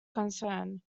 concern